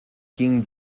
ging